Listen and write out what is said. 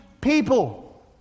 people